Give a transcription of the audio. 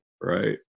Right